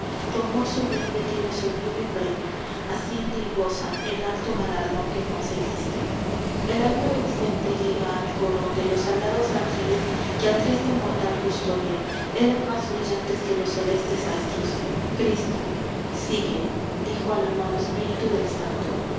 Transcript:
tu amor sublime tiene sublime premio asciende y goza el alto galardón que conseguiste el alma de vicente llega al coro de los alados ángeles que al triste mortal custodia eran más brillantes que los celestes astros cristo sigue dijo al amado espíritu del santo